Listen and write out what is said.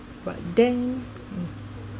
but then